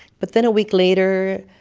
but then a week later,